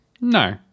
No